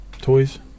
toys